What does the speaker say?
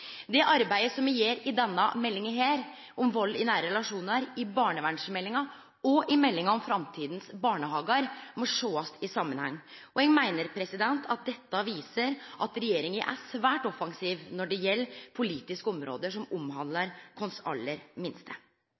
Det arbeidet som me gjer i denne meldinga om vald i nære relasjonar, i barnevernsmeldinga og i meldinga om framtidas barnehagar, må sjåast i samanheng. Eg meiner dette viser at regjeringa er svært offensiv når det gjeld politiske område som handlar om våre aller minste.